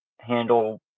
handle